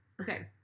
Okay